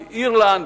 באירלנד,